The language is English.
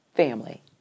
family